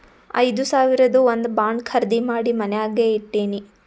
ಐದು ಸಾವಿರದು ಒಂದ್ ಬಾಂಡ್ ಖರ್ದಿ ಮಾಡಿ ಮನ್ಯಾಗೆ ಇಟ್ಟಿನಿ